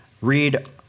read